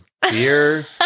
Beer